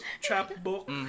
chapbook